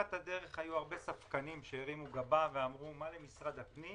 בתחילת הדרך היו הרבה ספקנים שהרימו גבה ואמרו: מה למשרד הפנים